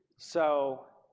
so